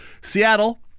Seattle